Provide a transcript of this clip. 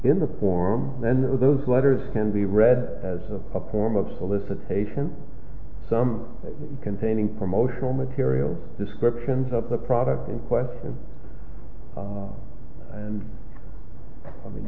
in the forum then those letters can be read as a poem of solicitation some containing promotional materials descriptions of the product in question and i mean